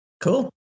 Cool